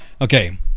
okay